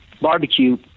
barbecue